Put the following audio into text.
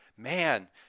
Man